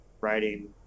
writing